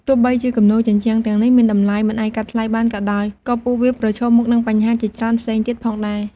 ទោះបីជាគំនូរជញ្ជាំងទាំងនេះមានតម្លៃមិនអាចកាត់ថ្លៃបានក៏ដោយ ក៏ពួកវាប្រឈមមុខនឹងបញ្ហាជាច្រើនផ្សេងទៀតផងដែរ។